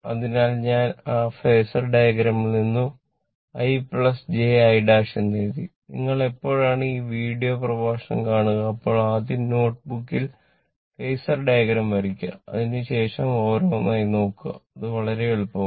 അതിനാൽ ഞാൻ ആ ഫാസർ ഡയഗ്രം വരയ്ക്കുക അതിനുശേഷം ഓരോന്നായി നോക്കുക അത് വളരെ എളുപ്പമാണ്